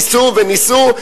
ניסו וניסו,